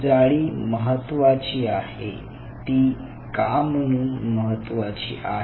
जाडी महत्त्वाची आहे ती का म्हणून महत्त्वाची आहे